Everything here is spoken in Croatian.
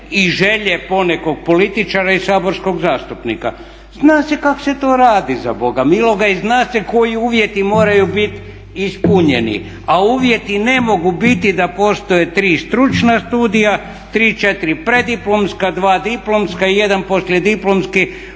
i želje ponekog političara i saborskog zastupnika. Zna se kak se to radi za bola miloga i zna se koji uvjeti moraju biti ispunjeni, a uvjeti ne mogu biti da postoje tri stručna studija, tri, četiri preddiplomska, dva diplomska i jedan poslijediplomski